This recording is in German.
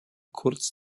kurz